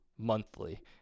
monthly